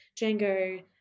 Django